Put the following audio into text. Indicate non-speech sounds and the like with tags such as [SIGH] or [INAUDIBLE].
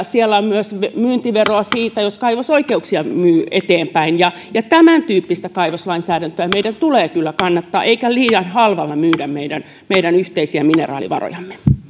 [UNINTELLIGIBLE] siellä on myös myyntiveroa siitä jos kaivosoikeuksia myy eteenpäin tämäntyyppistä kaivoslainsäädäntöä meidän tulee kyllä kannattaa eikä liian halvalla myydä meidän meidän yhteisiä mineraalivarojamme